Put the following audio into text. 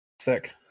Sick